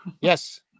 Yes